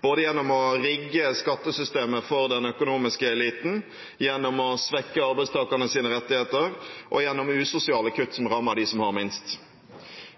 både gjennom å rigge skattesystemet for den økonomiske eliten, gjennom å svekke arbeidstakernes rettigheter og gjennom usosiale kutt som rammer dem som har minst.